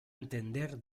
entender